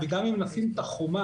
וגם אם נקים את החומה,